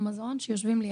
מאוד חשוב לא רק בריאות,